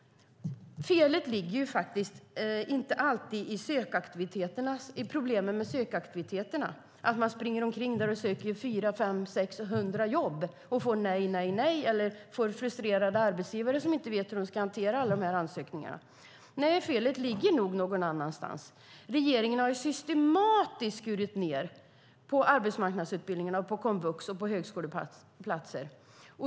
Felet ligger inte alltid i problemet med sökaktiviteten - att människor springer omkring och söker 400, 500 eller 600 jobb och får nej och att arbetsgivare blir frustrerade när de inte vet hur de ska hantera alla ansökningar. Nej, felet ligger nog någon annanstans. Regeringen har systematiskt skurit ned på arbetsmarknadsutbildningar, komvux och högskoleplatser.